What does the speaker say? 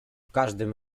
każdym